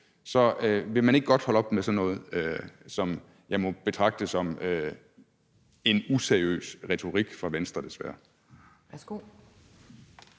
Så vil man ikke godt holde op med sådan noget, som jeg må betragte som en useriøs retorik fra Venstres side, desværre.